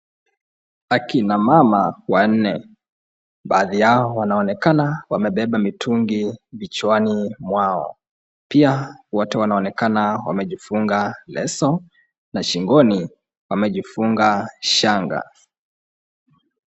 Akina mama wanne. Baadhi yao wanaonekana wamebeba mitungi vichwani mwao. Pia wote wanaonekana wamejifunga leso, na shingoni wamejifunga shanga.